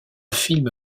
film